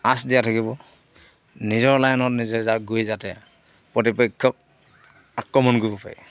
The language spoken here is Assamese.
আচ দিয়া থাকিব নিজৰ লাইনত নিজে যা গৈ যাতে প্ৰতিপেক্ষক আক্ৰমণ কৰিব পাৰি